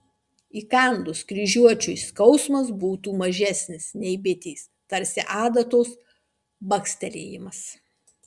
įkandus kryžiuočiui skausmas būtų mažesnis nei bitės tarsi adatos bakstelėjimas